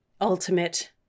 ultimate